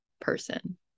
person